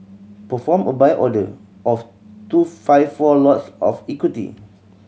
perform a Buy order of two five four lots of equity